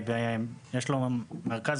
יש לו מרכז